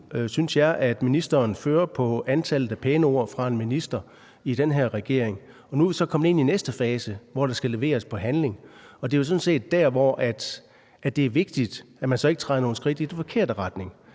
nu synes jeg, at ministeren fører på antallet af pæne ord fra en minister i den her regering. Nu er vi så kommet ind i den næste fase, hvor der skal leveres handling, og det er sådan set der, det er vigtigt, at man så ikke træder nogle skridt i den forkerte retning.